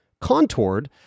contoured